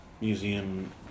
museum